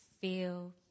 feel